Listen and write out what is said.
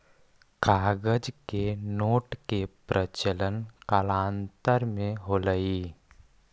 कागज के नोट के प्रचलन कालांतर में होलइ